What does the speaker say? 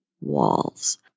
walls